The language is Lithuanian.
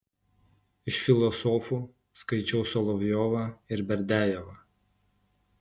iš filosofų skaičiau solovjovą ir berdiajevą